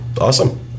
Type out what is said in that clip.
awesome